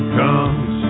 comes